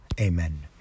Amen